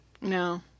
No